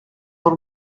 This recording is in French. dans